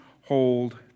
hold